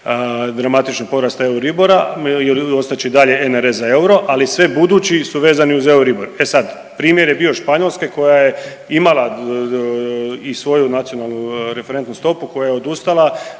dramatičnog porasta Euribora jer ostat će i dalje NRS za euro, ali svi budući su vezani uz Euribor. E sad, primjer je bio Španjolske koja je imala i svoju NRS koja je odustala,